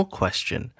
question